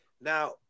now